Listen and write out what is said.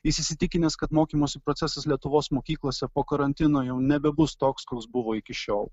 jis įsitikinęs kad mokymosi procesas lietuvos mokyklose po karantino jau nebebus toks koks buvo iki šiol